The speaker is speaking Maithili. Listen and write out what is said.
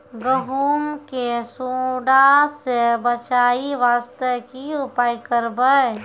गहूम के सुंडा से बचाई वास्ते की उपाय करबै?